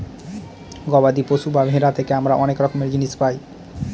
গবাদি পশু বা ভেড়া থেকে আমরা অনেক রকমের জিনিস পায়